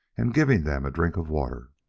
and giving them a drink of water.